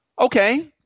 Okay